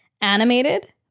animated